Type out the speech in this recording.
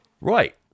Right